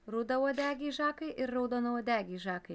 rudauodegiai žakai ir raudonuodegiai žakai